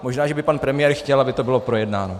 Možná že by pan premiér chtěl, aby to bylo projednáno.